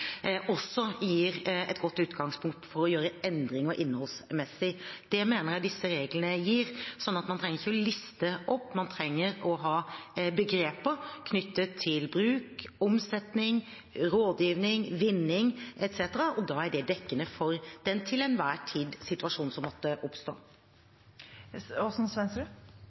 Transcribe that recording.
mener jeg disse reglene gir. Så man trenger ikke å liste opp, man trenger å ha begreper knyttet til bruk, omsetning, rådgivning, vinning etc., og da er det dekkende for den situasjon som til enhver tid måtte oppstå.